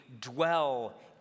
dwell